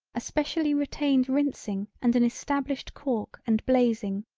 a specially retained rinsing and an established cork and blazing,